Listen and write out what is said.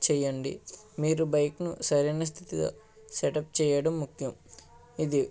చేయండి మీరు బైకింగ్ సరైన స్థితిలో సెటప్ చేయడం ముఖ్యం ఇది